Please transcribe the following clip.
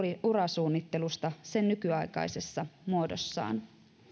urasuunnittelusta sen nykyaikaisessa muodossa